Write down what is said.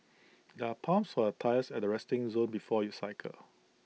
there are pumps for A tyres at resting zone before you cycle